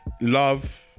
Love